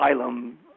asylum